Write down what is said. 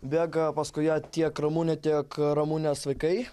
bėga paskui ją tiek ramunė tiek ramunės vaikai